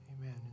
Amen